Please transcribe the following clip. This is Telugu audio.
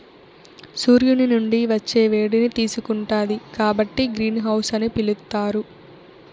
సూర్యుని నుండి వచ్చే వేడిని తీసుకుంటాది కాబట్టి గ్రీన్ హౌస్ అని పిలుత్తారు